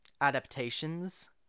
adaptations